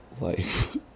life